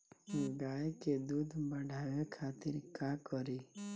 गाय के दूध बढ़ावे खातिर का करी?